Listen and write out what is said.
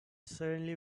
suddenly